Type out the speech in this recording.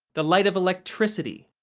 the light of electricity,